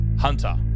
Hunter